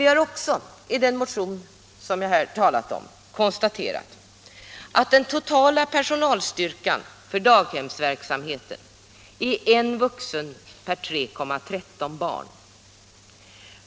Vi har också i den motion som jag här har berört konstaterat att den totala personalstyrkan för daghemsverksamheten är en vuxen per 3,13 barn.